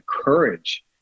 courage